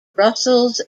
brussels